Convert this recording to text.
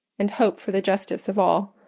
and hope for the justice of all.